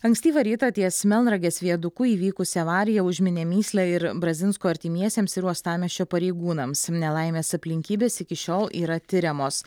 ankstyvą rytą ties melnragės viaduku įvykusi avarija užminė mįslę ir brazinsko artimiesiems ir uostamiesčio pareigūnams nelaimės aplinkybės iki šiol yra tiriamos